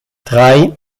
drei